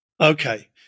okay